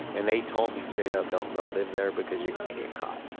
and they told me straight up, don't go live there because you're going to get caught.